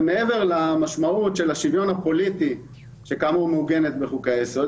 מעבר למשמעות של השוויון הפוליטי שמעוגנת בחוקי היסוד,